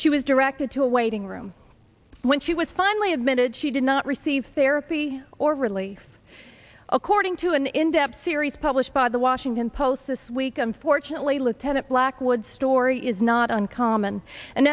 she was directed to a waiting room when she was finally admitted she did not receive therapy or relief according to an in depth series published by the washington post this week unfortunately lieutenant blackwood story is not uncommon an